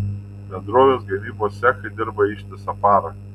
bendrovės gamybos cechai dirba ištisą parą